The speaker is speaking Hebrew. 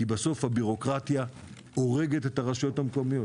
כי בסוף הבירוקרטיה הורגת את הרשויות המקומיות.